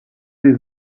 les